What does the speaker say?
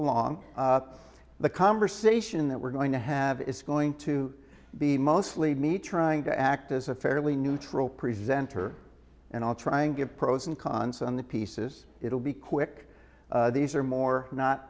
along the conversation that we're going to have is going to be mostly me trying to act as a fairly neutral presenter and i'll try and give pros and cons on the pieces it'll be quick these are more not